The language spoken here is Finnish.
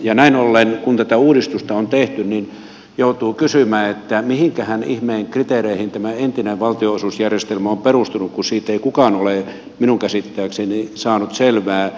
ja näin ollen kun tätä uudistusta on tehty joutuu kysymään mihinkähän ihmeen kriteereihin tämä entinen valtionosuusjärjestelmä on perustunut kun siitä ei kukaan ole minun käsittääkseni saanut selvää